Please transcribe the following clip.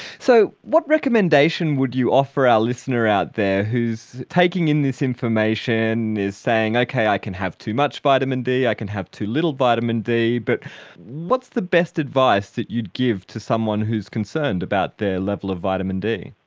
so what recommendation would you offer our listener out there who is taking in this information, is saying, okay, i can have too much vitamin d, i can have too little vitamin d, but what's the best advice that you'd give to someone who is concerned about their level of vitamin d?